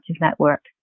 Network